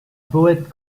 poète